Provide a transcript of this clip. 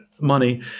money